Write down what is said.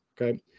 Okay